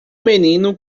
menino